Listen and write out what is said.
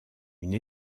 une